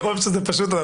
מרוב שזה פשוט,